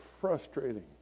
frustrating